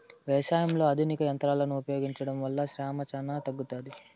వ్యవసాయంలో ఆధునిక యంత్రాలను ఉపయోగించడం వల్ల శ్రమ చానా తగ్గుతుంది